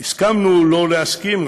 הסכמנו שלא להסכים,